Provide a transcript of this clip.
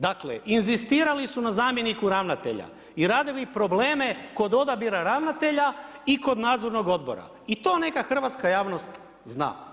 Dakle, inzistirali su na zamjeniku ravnatelja, i radili probleme kod odabira ravnatelja i kod nadzornog odbora i to neka hrvatska javnost zna.